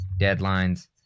deadlines